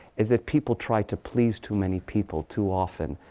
is that people try to please too many people too often.